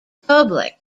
public